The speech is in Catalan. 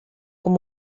com